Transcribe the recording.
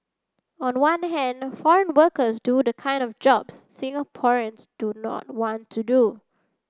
on the one hand foreign workers do the kind of jobs Singaporeans do not want to do